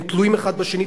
הם תלויים אחד בשני,